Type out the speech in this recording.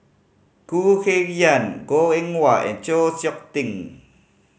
Khoo Kay Hian Goh Eng Wah and Chng Seok Tin